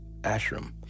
Ashram